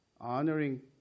honoring